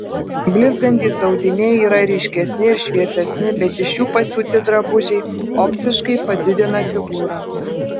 blizgantys audiniai yra ryškesni ir šviesesni bet iš jų pasiūti drabužiai optiškai padidina figūrą